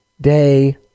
day